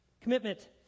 Commitment